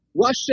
Russia